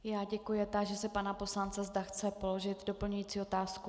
Já děkuji a táži se pana poslance, zda chce položit doplňující otázku.